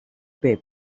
pay